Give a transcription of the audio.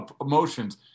emotions